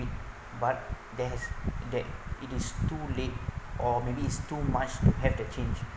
but there has that it is too late or maybe is too much to have the change